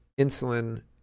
insulin